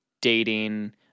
Dating